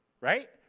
right